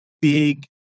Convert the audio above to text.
big